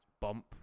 bump